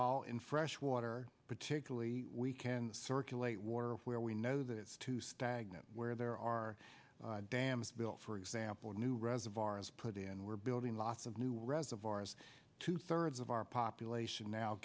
all in fresh water particularly we can circulate war where we know that it's too stagnant where there are dams built for example new reservoirs put in we're building lots of new reservoirs two thirds of our population now